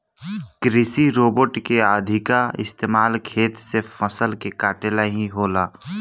कृषि रोबोट के अधिका इस्तमाल खेत से फसल के काटे ला ही होला